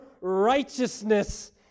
righteousness